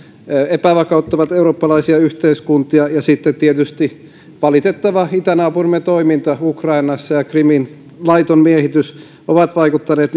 epävakauttavat eurooppalaisia yhteiskuntia sitten tietysti itänaapurimme valitettava toiminta ukrainassa ja krimin laiton miehitys ovat vaikuttaneet